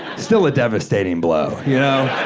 still a devastating blow, you know?